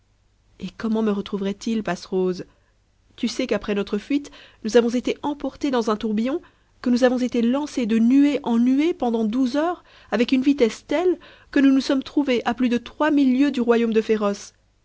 et comment me retrouverait il passerose tu sais qu'après notre fuite nous avons été emportées dans un tourbillon que nous avons été lancées de nuée en nuée pendant douze heures avec une vitesse telle que nous nous sommes trouvées à plus de trois mille lieues du royaume de féroce